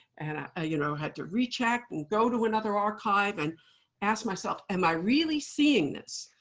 and i ah you know had to recheck and go to another archive, and ask myself, am i really seeing this?